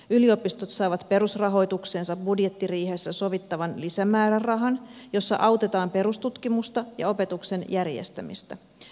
yliopistot saavat perusrahoitukseensa budjettiriihessä sovittavan lisämäärärahan jolla autetaan perustutkimusta ja opetuksen järjestämistä